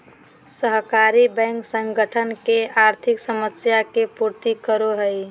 सहकारी बैंक संगठन के आर्थिक समस्या के पूर्ति करो हइ